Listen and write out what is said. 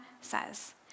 says